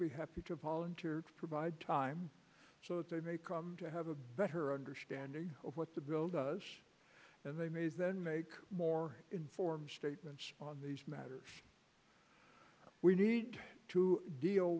be happy to volunteer to provide time so that they may come to have a better understanding of what the bill does and they may then make more informed statements on these matters we need to deal